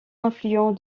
influents